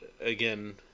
again